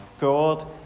God